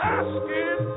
asking